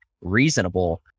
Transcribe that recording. reasonable